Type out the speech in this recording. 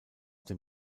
dem